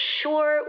sure